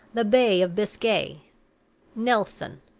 the bay of biscay, nelson,